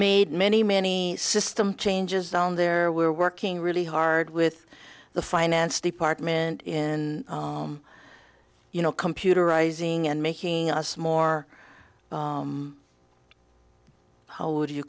made many many system changes down there we're working really hard with the finance department in you know computerizing and making us more how would you